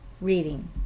reading